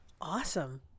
Awesome